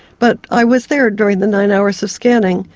but i was there during the nine hours of scanning.